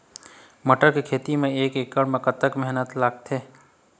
मटर के खेती म एक एकड़ म कतक मेहनती लागथे?